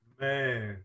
Man